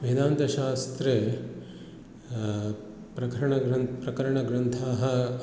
वेदान्तशास्त्रे प्रकरणग्रन्थः प्रकरणग्रन्थाः